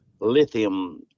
lithium